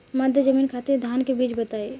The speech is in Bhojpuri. मध्य जमीन खातिर धान के बीज बताई?